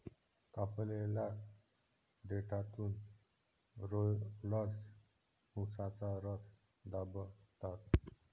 कापलेल्या देठातून रोलर्स उसाचा रस दाबतात